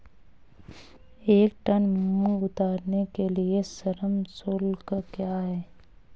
एक टन मूंग उतारने के लिए श्रम शुल्क क्या है?